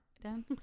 Done